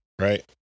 right